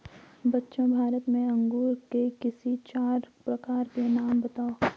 बच्चों भारत में अंगूर के किसी चार प्रकार के नाम बताओ?